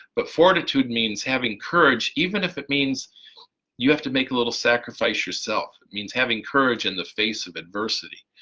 but fortitude means having courage even if it means you have to make a little sacrifice yourself. it means having courage in the face of adversity,